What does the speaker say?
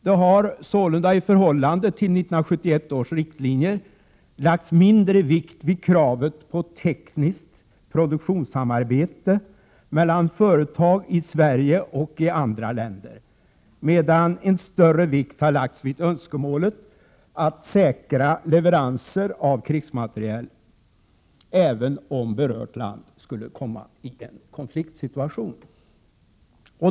Det har sålunda i förhållande till 1971 års riktlinjer lagts mindre vikt vid kravet på tekniskt produktionssamarbete mellan företag i Sverige och i andra länder, medan en större vikt har lagts vid önskemålet att säkra leveranser av krigsmateriel även om berört land skulle komma i en konfliktsituation.